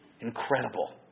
Incredible